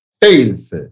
Tails